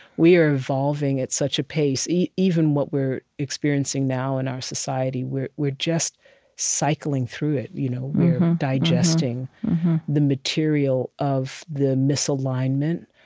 we are evolving at such a pace even what we're experiencing now in our society, we're we're just cycling through it. we're you know digesting the material of the misalignment.